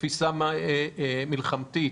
בתפיסה מלחמתית,